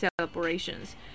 celebrations